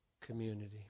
community